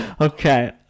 Okay